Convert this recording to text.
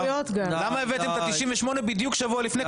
למה הבאתם את ה-98 בדיוק שבוע לפני,